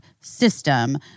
system